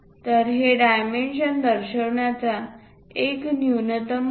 तर हे डायमेन्शन दर्शविण्याचा एक न्यूनतम मार्ग